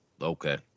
okay